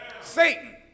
Satan